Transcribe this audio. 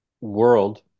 world